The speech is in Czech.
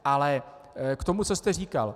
Ale k tomu, co jste říkal.